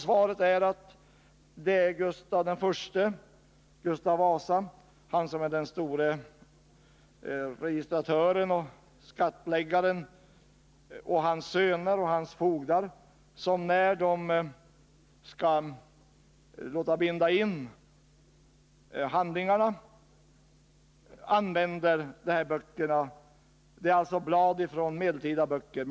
Svaret är att det var Gustav I, Gustav Vasa som var den store registratorn och skattläggaren, hans söner och hans fogdar som använde dessa böcker, när de skulle låta binda in handlingar från den tiden. Det är alltså blad från medeltida böcker.